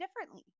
differently